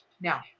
Now